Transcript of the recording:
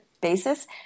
basis